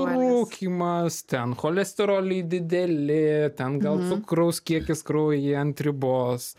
rūkymas ten cholesteroliai dideli ten gal cukraus kiekis kraujyje ant ribos